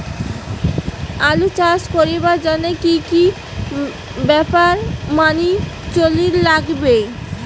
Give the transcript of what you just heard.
আলু চাষ করিবার জইন্যে কি কি ব্যাপার মানি চলির লাগবে?